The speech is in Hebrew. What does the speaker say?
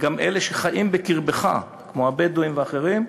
גם אלה שחיים בקרבך, כמו הבדואים ואחרים,